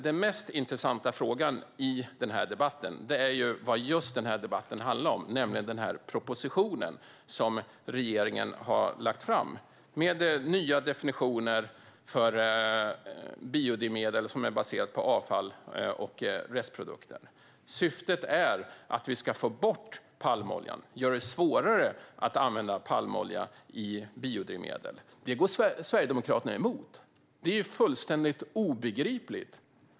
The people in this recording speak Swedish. Den mest intressanta frågan i denna debatt är just vad den här debatten handlar om, nämligen den proposition som regeringen har lagt fram med nya definitioner för biodrivmedel som är baserade på avfall och restprodukter. Syftet är att vi ska få bort palmoljan och göra det svårare att använda palmolja i biodrivmedel. Det går Sverigedemokraterna emot. Det är fullständigt obegripligt!